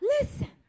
Listen